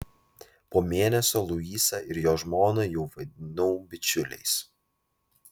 po mėnesio luisą ir jo žmoną jau vadinau bičiuliais